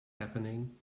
happening